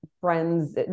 friends